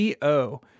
co